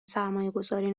سرمایهگذاری